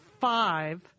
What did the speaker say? five